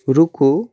रूकु